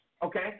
Okay